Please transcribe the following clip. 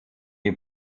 die